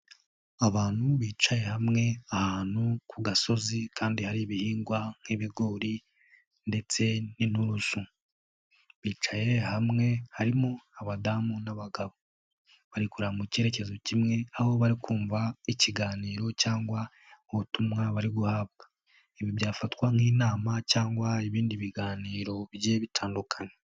Abantu bicaye hamwe ahantu ku gasozi kandi hari ibihingwa nk'ibigori, ndetse n'inturusu bicaye hamwe harimo abadamu n'abagabo, barikureba mu cyerekezo kimwe aho bari kumva ikiganiro cyangwa ubutumwa bari guhabwa, ibi byafatwa nk'inama cyangwa ibindi biganiro bigiye bitandukanye.